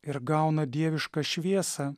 ir gauna dievišką šviesą